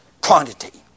quantity